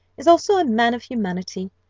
is also a man of humanity.